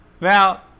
Now